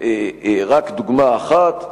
רק דוגמה אחת,